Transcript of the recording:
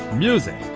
music,